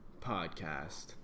podcast